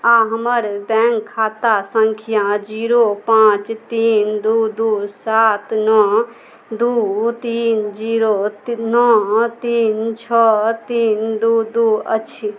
आओर हमर बैँक खाता सँख्या जीरो पाँच तीन दुइ दुइ सात नओ दुइ तीन जीरो नओ तीन छओ तीन दुइ दुइ अछि